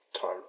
time